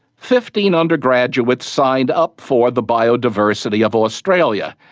fifteen undergraduates signed up for the biodiversity of australia.